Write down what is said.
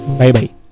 bye-bye